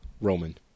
Roman